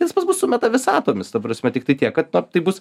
nes pas mus su meta visatomis ta prasme tiktai tiek kad na tai bus